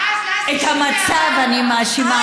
מאז לאסי שובי הביתה, את המצב אני מאשימה.